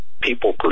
people